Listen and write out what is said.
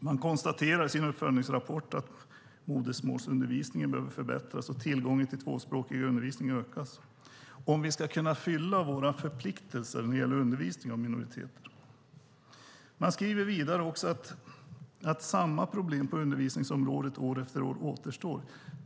Man konstaterar i sin uppföljningsrapport att modersmålsundervisningen behöver förbättras och tillgången till tvåspråkig undervisning ökas om vi ska kunna uppfylla våra förpliktelser när det gäller undervisningen av minoriteterna. Man skriver vidare att samma problem på undervisningsområdet år efter år återstår.